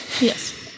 Yes